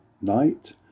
night